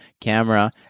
camera